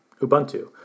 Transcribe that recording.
Ubuntu